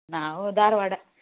ನಾವು ಧಾರವಾಡ